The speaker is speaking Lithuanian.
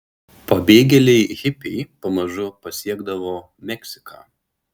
pabėgėliai hipiai pamažu pasiekdavo meksiką